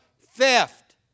Theft